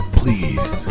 please